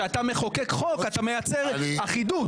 כשאתה מחוקק חוק אתה מייצר אחידות.